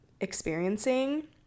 experiencing